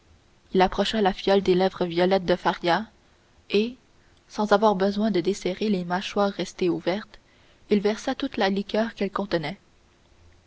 il approcha la fiole des lèvres violettes de faria et sans avoir besoin de desserrer les mâchoires restées ouvertes il versa toute la liqueur qu'elle contenait